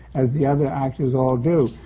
as the other actors all do.